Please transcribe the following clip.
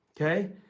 okay